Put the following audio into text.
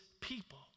people